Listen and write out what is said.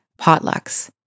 potlucks